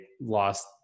lost